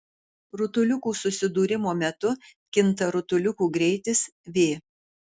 rutuliukų susidūrimo metu kinta rutuliukų greitis v